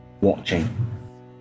watching